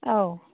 औ